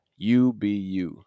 UBU